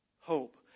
hope